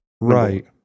right